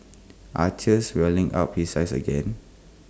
are tears welling up his eyes again